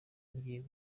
ngiye